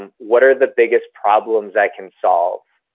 um what are the biggest problems i can solve?